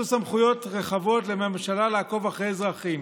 סמכויות רחבות לממשלה לעקוב אחרי אזרחים.